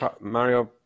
Mario